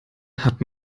hat